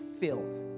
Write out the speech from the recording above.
filled